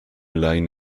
line